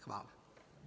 Hvala.